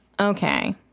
okay